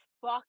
fuck